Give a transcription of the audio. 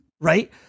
right